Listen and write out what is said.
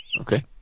okay